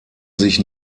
sich